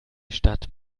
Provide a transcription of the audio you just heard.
stadt